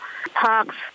Parks